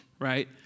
Right